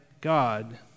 God